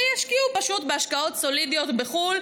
שישקיעו פשוט בהשקעות סולידיות בחו"ל.